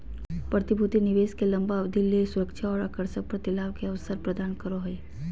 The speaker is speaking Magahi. प्रतिभूति निवेश के लंबा अवधि ले सुरक्षा और आकर्षक प्रतिलाभ के अवसर प्रदान करो हइ